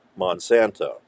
Monsanto